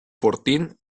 fortín